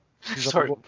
Sorry